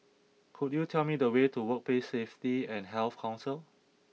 could you tell me the way to Workplace Safety and Health Council